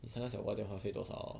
三个小瓜的电话费多少